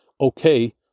okay